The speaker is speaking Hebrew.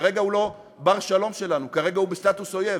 כרגע הוא לא בר-שלום שלנו, כרגע הוא בסטטוס אויב.